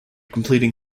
completing